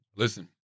Listen